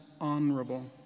honorable